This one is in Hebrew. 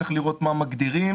צריך לראות מה מגדירים,